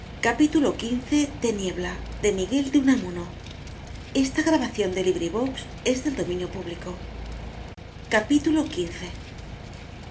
by miguel de unamuno